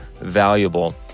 valuable